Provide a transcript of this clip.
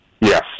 yes